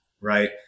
right